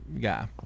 guy